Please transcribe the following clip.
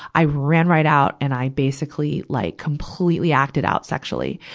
i ran right out, and i basically like completely acted out sexually,